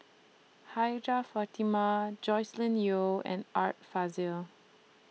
Hajjah Fatimah Joscelin Yeo and Art Fazil